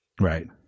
Right